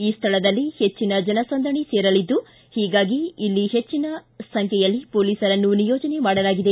ಈ ಸ್ಥಳದಲ್ಲಿ ಹೆಚ್ಚಿನ ಜನ ಸಂದಣಿ ಸೇರಲಿದ್ದು ಹೀಗಾಗಿ ಇಲ್ಲಿ ಹೆಚ್ಚಿನ ಸಂಖ್ಯೆಯಲ್ಲಿ ಪೋಲಿಸರನ್ನು ನಿಯೋಜನೆ ಮಾಡಲಾಗಿದೆ